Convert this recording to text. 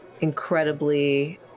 incredibly